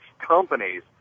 companies